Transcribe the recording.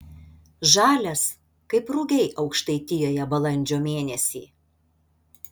žalias kaip rugiai aukštaitijoje balandžio mėnesį